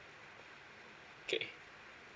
okay